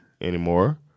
anymore